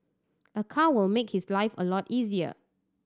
a car will make his life a lot easier